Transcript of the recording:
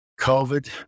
COVID